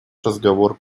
разговор